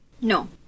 No